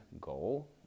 goal